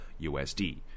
USD